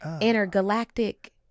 intergalactic